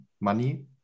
money